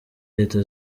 leta